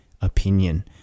opinion